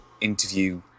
interview